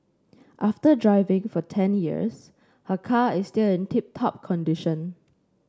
after driving for ten years her car is still in tip top condition